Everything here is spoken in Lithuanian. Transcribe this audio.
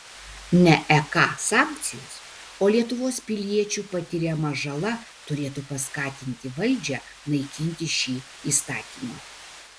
ne ek sankcijos o lietuvos piliečių patiriama žala turėtų paskatinti valdžią naikinti šį įstatymą